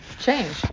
change